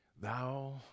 thou